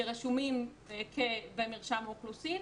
שרשומים במרשם האוכלוסין,